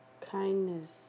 kindness